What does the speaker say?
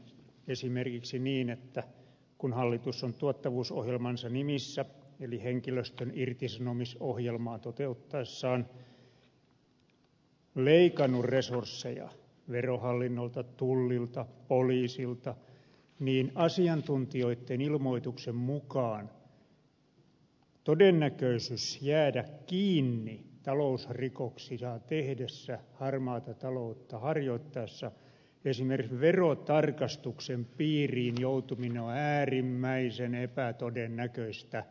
esimerkiksi niin että kun hallitus on tuottavuusohjelmansa nimissä eli henkilöstön irtisanomisohjelmaa toteuttaessaan leikannut resursseja verohallinnolta tullilta poliisilta asiantuntijoitten ilmoituksen mukaan todennäköisyys jäädä kiinni talousrikoksia tehdessä harmaata taloutta harjoittaessa esimerkiksi verotarkastuksen piiriin joutuminen on äärimmäisen epätodennäköistä